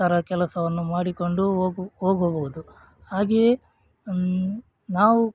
ಈ ಥರ ಕೆಲಸವನ್ನು ಮಾಡಿಕೊಂಡು ಹೋಗು ಹೋಗಬಹುದು ಹಾಗೆಯೇ ನಾವು